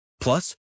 Plus